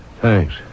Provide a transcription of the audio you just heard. Thanks